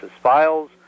files